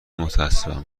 متاسفم